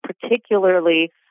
particularly